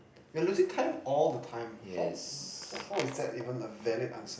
you're losing time all the time how so how is that even a valid answer